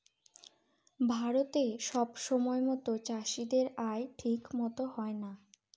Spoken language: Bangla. ভারতে সব সময়তো চাষীদের আয় ঠিক মতো হয় না